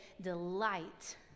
delight